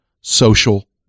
social